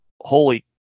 holy